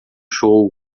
show